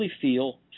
feel